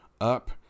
up